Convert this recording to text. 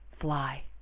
fly